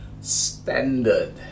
standard